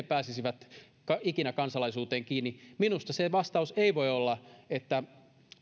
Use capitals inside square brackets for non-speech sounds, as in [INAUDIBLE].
[UNINTELLIGIBLE] pääsisivät ikinä kansalaisuuteen kiinni minusta se vastaus ei voi olla että